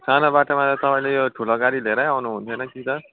सानो बाटोमा तपाईँले यो ठुलो गाडी लिएरै आउनु हुन्थेन कि त